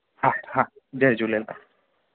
हा हा जय झूलेलाल